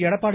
Edappadi